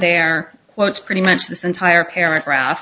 there well it's pretty much this entire paragraph